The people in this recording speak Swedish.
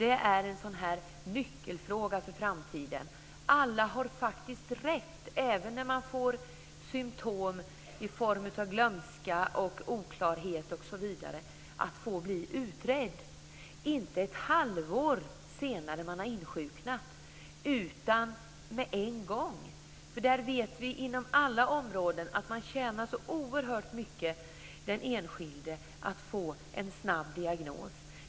Det är en nyckelfråga för framtiden att alla har rätt - även om man får symtom i form av glömska osv. - att bli utredda, inte ett halvår efter det att man har insjuknat utan med en gång. Man tjänar så oerhört mycket inom alla områden om den enskilde får en snabb diagnos.